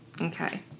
okay